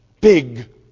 big